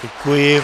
Děkuji.